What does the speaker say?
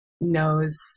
knows